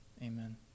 amen